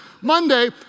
Monday